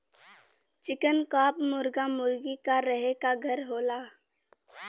चिकन coop मुरगा मुरगी क रहे क घर होला